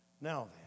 Now